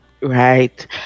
Right